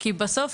כי בסוף,